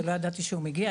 שלא ידעתי שהוא מגיע,